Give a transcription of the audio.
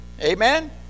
Amen